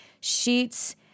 Sheets